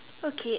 okay